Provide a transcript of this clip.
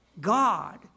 God